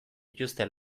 dituzte